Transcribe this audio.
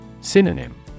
Synonym